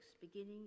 beginning